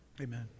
Amen